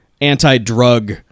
anti-drug